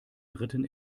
dritten